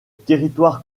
territoire